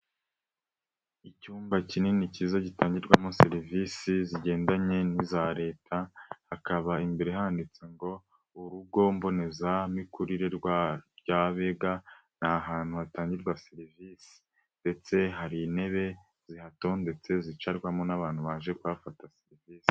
Icyumba kinini kiza gitangirwamo serivisi zigendanye n'iza Leta hakaba imbere handitse ngo: "Urugo mboneza mikurire rwa Ryabega", ni ahantu hatangirwa serivisi ndetse hari n'intebe zihatondetse zicarwamo n'abantu baje kuhafata serivisi.